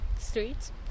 streets